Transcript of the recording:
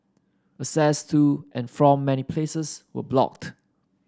access to and from many places were blocked